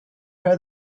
her